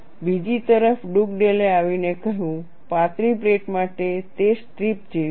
બીજી તરફ ડુગડેલે આવીને કહ્યું પાતળી પ્લેટ માટે તે સ્ટ્રીપ જેવી છે